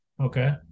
Okay